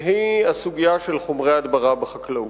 והיא הסוגיה של חומרי הדברה בחקלאות.